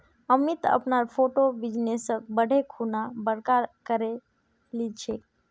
अमित अपनार छोटो बिजनेसक बढ़ैं खुना बड़का करे लिलछेक